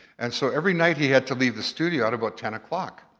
and so every night, he had to leave the studio at about ten o'clock.